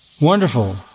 Wonderful